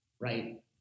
right